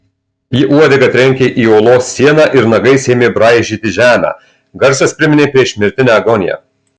ji uodega trenkė į olos sieną ir nagais ėmė braižyti žemę garsas priminė priešmirtinę agoniją